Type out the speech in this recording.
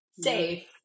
safe